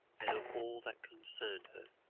and of all that concerned her.